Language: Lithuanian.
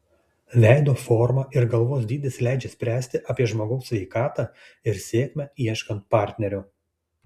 veido forma ir galvos dydis leidžia spręsti apie žmogaus sveikatą ir sėkmę ieškant partnerio